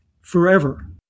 forever